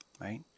right